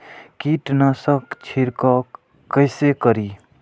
कीट नाशक छीरकाउ केसे करी?